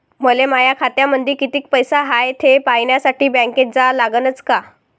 मले माया खात्यामंदी कितीक पैसा हाय थे पायन्यासाठी बँकेत जा लागनच का?